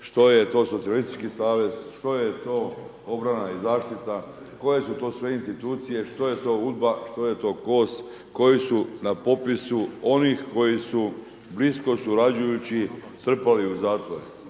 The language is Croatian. što je to socijalistički savez, što je to obrana i zaštita, koje su to sve institucije, što je to UDBA, što je to KOS, koji su na popisu onih koji su blisko surađujući trpali u zatvore.